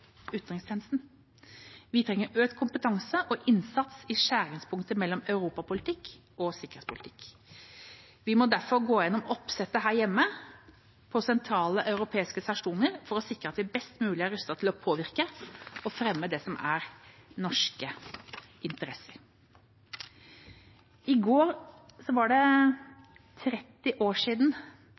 utenrikstjenesten. Vi trenger økt kompetanse og innsats i skjæringspunktet mellom europapolitikk og sikkerhetspolitikk. Vi må derfor gå igjennom oppsettet her hjemme og på sentrale europeiske stasjoner for å sikre at vi er best mulig rustet til å påvirke og fremme norske interesser. I går var det 30 år siden